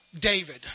David